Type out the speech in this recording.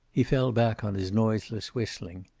he fell back on his noiseless whistling.